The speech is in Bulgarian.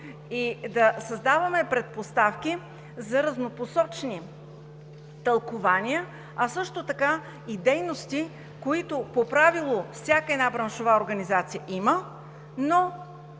и да създаваме предпоставки за разнопосочни тълкувания, а също така за дейности, които по правило всяка една браншова организация има, но